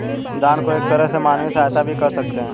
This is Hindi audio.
दान को एक तरह से मानवीय सहायता भी कह सकते हैं